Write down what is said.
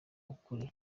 ukuri